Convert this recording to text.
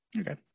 okay